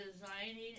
designing